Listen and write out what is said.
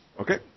Okay